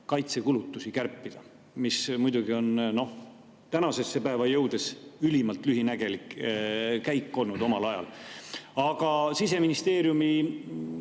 kaitsekulutusi kärpida, mis muidugi tänasesse päeva jõudes on ülimalt lühinägelik käik olnud omal ajal. Aga Siseministeeriumi